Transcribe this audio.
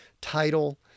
title